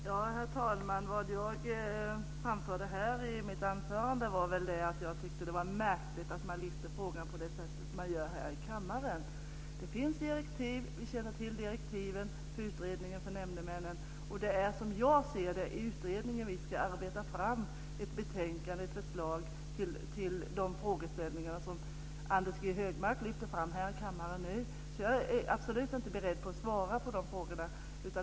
Herr talman! Vad jag framförde i mitt anförande var att jag tyckte att det var märkligt att man lyfte fram frågan på det sätt man gjorde här i kammaren. Det finns direktiv. Vi känner till direktiven för utredningen om nämndemännen. Det är, som jag ser det, i utredningen vi ska arbeta fram ett betänkande och ett förslag när det gäller de frågeställningar som Anders G Högmark lyfter fram i kammaren nu. Jag är absolut inte beredd att svara på de frågorna.